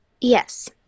Yes